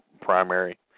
primary